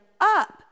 up